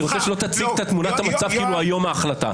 אני רוצה שלא תציג את תמונת המצב כאילו היום ההחלטה.